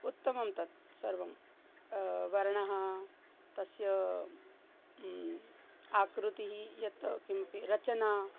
उत्तमं तत् सर्वं वर्णः तस्य आकृतिः यत् किमपि रचना